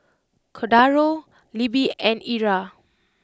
Cordaro Libbie and Ira